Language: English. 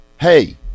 hey